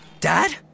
Dad